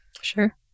Sure